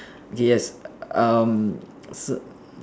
okay yes um s~